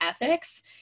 ethics